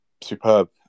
superb